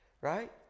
right